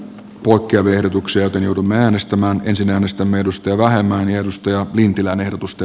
puotia verotukselta joudumme äänestämään sydämestämme edustaja kannatan edustaja lintilän ehdotusta